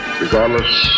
regardless